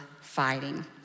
fighting